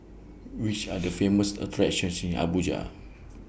Which Are The Famous attractions in Abuja